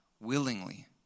willingly